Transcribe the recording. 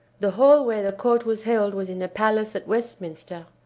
the hall where the court was held was in a palace at westminster,